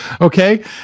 Okay